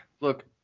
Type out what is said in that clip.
Look